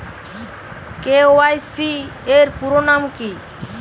KYC এর পুরোনাম কী?